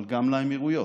אבל גם לאמירויות.